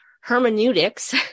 hermeneutics